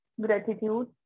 gratitude